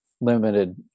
limited